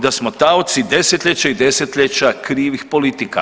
Da smo taoci desetljeća i desetljeća krivih politika.